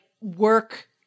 work